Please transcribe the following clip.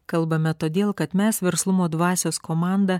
kalbame todėl kad mes verslumo dvasios komanda